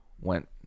went